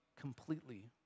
completely